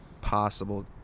possible